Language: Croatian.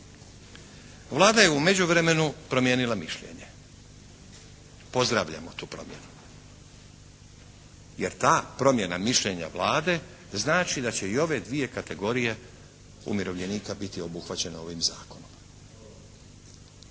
Vlada je u međuvremenu promijenila mišljenje. Pozdravljamo tu promjenu, jer ta promjena mišljenja Vlade znači da će i ove dvije kategorije umirovljenika biti obuhvaćene ovim zakonom.